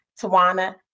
Tawana